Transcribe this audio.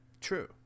True